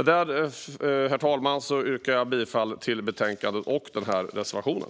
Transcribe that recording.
vilka vidriga handlingar man misstänks för. Herr talman! Jag yrkar bifall till utskottets förslag i betänkandet och till den här reservationen.